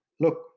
look